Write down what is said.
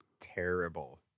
terrible